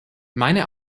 meine